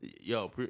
Yo